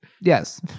Yes